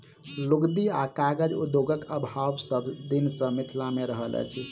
लुगदी आ कागज उद्योगक अभाव सभ दिन सॅ मिथिला मे रहल अछि